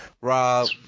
Rob